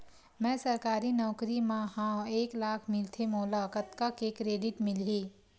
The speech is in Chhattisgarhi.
मैं सरकारी नौकरी मा हाव एक लाख मिलथे मोला कतका के क्रेडिट मिलही?